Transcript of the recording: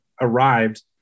arrived